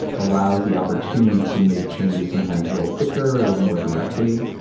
allows the opportunity to makes changes, sometimes a little quicker, a little more directly.